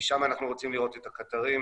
משם אנחנו רוצים לראות את הקטרים,